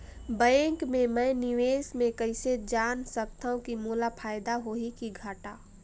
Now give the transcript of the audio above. Bank मे मैं निवेश मे कइसे जान सकथव कि मोला फायदा होही कि घाटा?